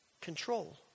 control